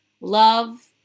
love